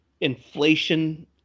inflation